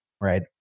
Right